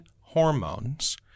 hormones